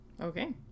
Okay